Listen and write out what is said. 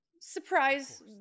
surprise